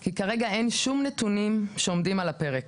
כי כרגע אין שום נתונים שעומדים על הפרק.